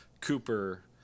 Cooper